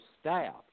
staff